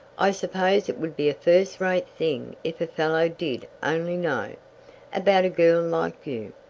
i suppose it would be a first rate thing if a fellow did only know about a girl like you.